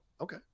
Okay